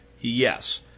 Yes